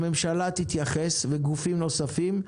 הממשלה וגופים נוספים יתייחסו.